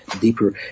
Deeper